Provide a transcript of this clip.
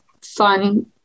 fun